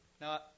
Now